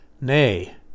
Nay